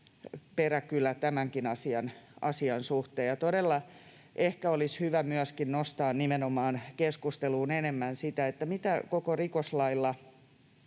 peräkylä tämänkin asian suhteen, ja todella ehkä olisi myöskin hyvä nostaa keskusteluun enemmän nimenomaan sitä, mitä koko rikoslailla